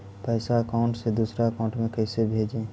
पैसा अकाउंट से दूसरा अकाउंट में कैसे भेजे?